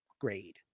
grade